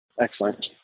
Excellent